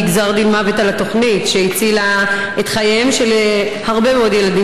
היא גזר דין מוות לתוכנית שהצילה את חייהם של הרבה מאוד ילדים,